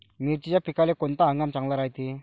मिर्चीच्या पिकाले कोनता हंगाम चांगला रायते?